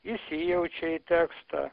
įsijaučiau į tekstą